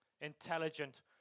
intelligent